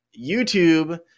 YouTube